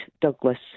Douglas